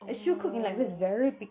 like she will cookay like this very big